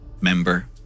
member